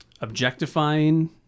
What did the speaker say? objectifying